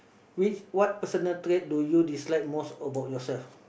which what personal trait do you dislike most about yourself